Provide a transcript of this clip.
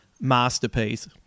masterpiece